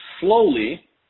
slowly